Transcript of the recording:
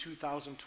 2012